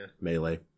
Melee